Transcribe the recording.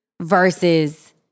versus